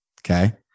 Okay